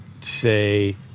say